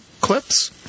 clips